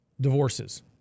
divorces